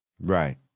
Right